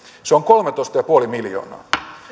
se on kolmetoista pilkku viisi miljoonaa